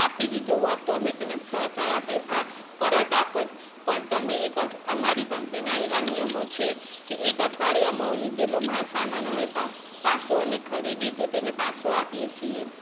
આપી દીધો હોત તો અમે પ પરા પૈસા પરત આપત પણ તમે એક અઠ અમારી કંપનીના એવા નિયમો છે કે એક અઠવાડિયામાં લીધેલો માલ સામાન અમે પ પાછો અને ખરીદ્યું તો તેને પાછો આપીએ છીએ